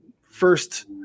first